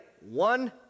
one